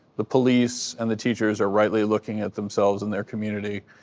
the police and the teachers are rightly looking at themselves in their community,